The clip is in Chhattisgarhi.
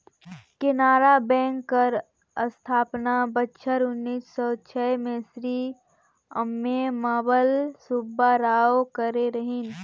केनरा बेंक कर अस्थापना बछर उन्नीस सव छय में श्री अम्मेम्बल सुब्बाराव करे रहिन